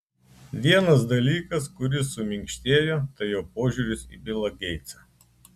vienas dalykas kuris suminkštėjo tai jo požiūris į bilą geitsą